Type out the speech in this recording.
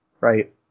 right